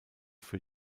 für